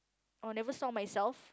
or never saw myself